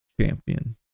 champion